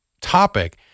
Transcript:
topic